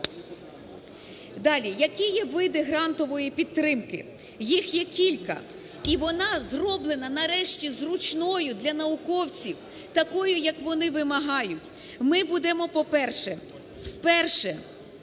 Далі. Які є види грантової підтримки? Їх є кілька. І вона зроблена, нарешті, зручною для науковців, такою, як вони вимагають. Ми будемо, по-перше, вперше